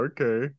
Okay